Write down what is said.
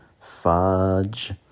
fudge